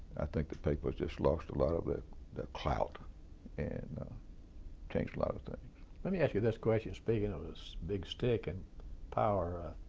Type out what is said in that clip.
i think the papers just lost a lot of their clout and changed a lot of things. short let me ask you this question speaking of this big stick and power,